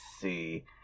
see